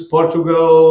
Portugal